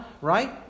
Right